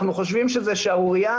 חושבים שזו שערורייה